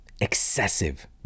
excessive